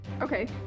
Okay